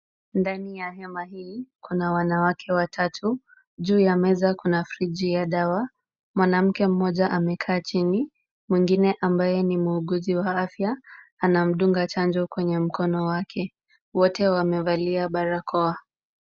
Ndani ya hema hii kuna wanawake watatu. Juu ya meza kuna friji ya dawa. Mwanamke mmoja amekaa chini, mwingine ambaye ni muuguzi wa afya anamdunga sindano kwenye mkono wake. Wote wamevalia barakoa.